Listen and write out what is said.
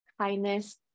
kindness